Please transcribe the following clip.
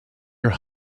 your